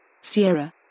Sierra